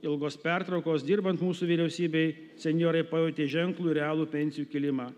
ilgos pertraukos dirbant mūsų vyriausybei senjorai pajautė ženklų realų pensijų kėlimą